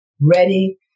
ready